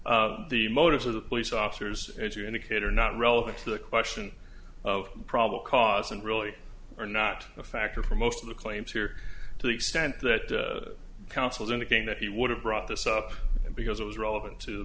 here the motives of the police officers as you indicate are not relevant to the question of probable cause and really are not a factor for most of the claims here to the extent that counsels and again that he would have brought this up because it was relevant to the